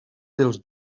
dels